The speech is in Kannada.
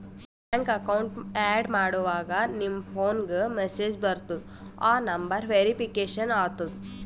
ಬ್ಯಾಂಕ್ ಅಕೌಂಟ್ ಆ್ಯಡ್ ಮಾಡಾಗ್ ನಿಮ್ ಫೋನ್ಗ ಮೆಸೇಜ್ ಬರ್ತುದ್ ಆ ನಂಬರ್ ವೇರಿಫಿಕೇಷನ್ ಆತುದ್